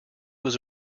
was